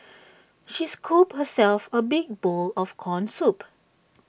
she scooped herself A big bowl of Corn Soup